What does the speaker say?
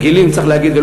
"גילים" צריך להגיד?